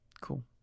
cool